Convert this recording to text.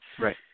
Right